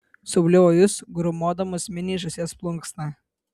subliuvo jis grūmodamas miniai žąsies plunksna